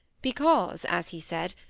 because, as he said,